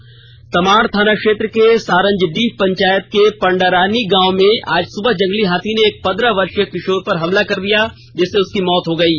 मौत तमाड़ थाना क्षेत्र के सारजडीह पंचायत के पांडरानी गांव में आज सुबह जंगली हाथी ने एक पंद्रह वर्षीय किषोर पर हमला कर दिया जिससे उसकी मौत हो गयी